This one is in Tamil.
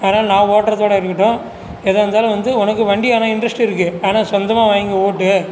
அதனால் நான் ஓட்டறதோடு இருக்கட்டும் எதாக இருந்தாலும் வந்து உனக்கு வண்டி ஆனால் இன்டெர்ஸ்ட்டு இருக்கு ஆனால் சொந்தமாக வாங்கி ஓட்டு